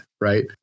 Right